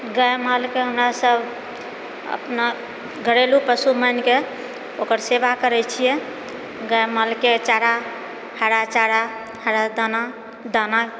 गायमालके हमरासब अपना घरेलु पशु मानिके ओकर सेवा करैत छिए गायमालके चारा हरा चारा हरा दाना दाना